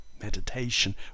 Meditation